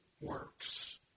works